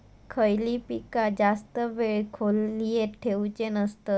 खयली पीका जास्त वेळ खोल्येत ठेवूचे नसतत?